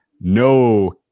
no